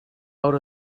out